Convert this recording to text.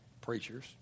preachers